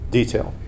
detail